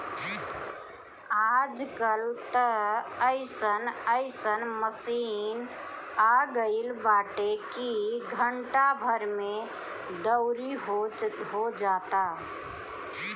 आज कल त अइसन अइसन मशीन आगईल बाटे की घंटा भर में दवरी हो जाता